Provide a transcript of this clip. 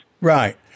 Right